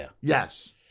yes